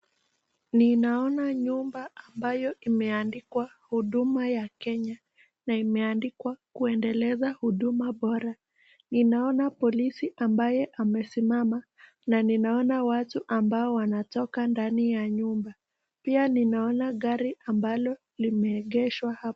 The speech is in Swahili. Ninaona nyumba ambayo imeandikwa huduma ya Kenya na imeandikwa kuendeleza huduma bora. Ninaona polisi ambaye amesimama na nianaona watu ambao wanatoka ndani ya nyumba. Pia ninaona gari ambalo limeegeshwa hapa